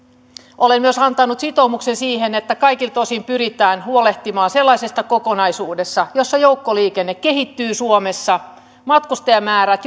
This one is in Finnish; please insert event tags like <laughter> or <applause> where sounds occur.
olen myös antanut sitoumuksen siihen että kaikilta osin pyritään huolehtimaan sellaisesta kokonaisuudesta jossa joukkoliikenne kehittyy suomessa matkustajamäärät <unintelligible>